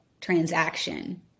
transaction